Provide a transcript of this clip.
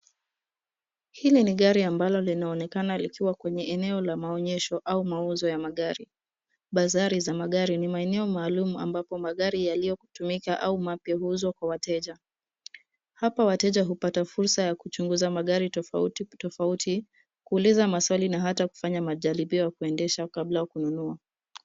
Hili ni gari ambalo linaonekana likiwa kwenye eneo la maonyesho au mauzo ya magari. Bazari za magari ni maeneo maalum ambapo magari yaliotumika au mapya huuzwa kwa wateja. Hapa wateja hupata fursa ya kuchunguza magari tofauti tofauti, kuuliza maswali na hata kufanya majiribio ya kuendesha kabla ya kununua.